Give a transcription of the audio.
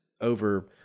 over